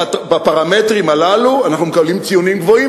בפרמטרים הללו אנחנו מקבלים ציונים גבוהים,